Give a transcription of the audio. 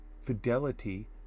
fidelity